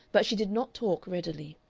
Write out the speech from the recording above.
but she did not talk readily,